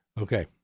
Okay